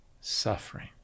suffering